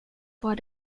var